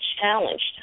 challenged